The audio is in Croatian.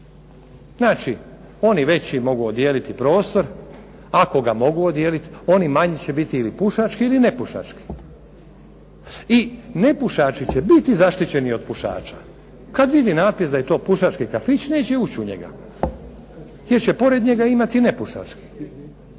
Znači oni veći mogu odijeliti prostor, ako ga mogu odijeliti, oni manji će biti ili pušački ili nepušački. I nepušači će biti zaštićeni od pušača. Kad vidi natpis da je to pušački kafić neće ući u njega, jer će pored njega imati nepušački.